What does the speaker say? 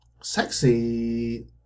sexy